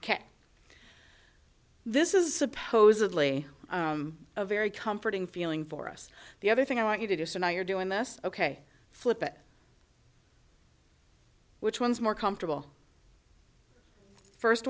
can this is supposedly a very comforting feeling for us the other thing i want you to do so now you're doing this ok flip it which one is more comfortable first